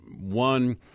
One